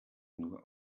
nur